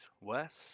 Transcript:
west